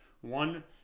One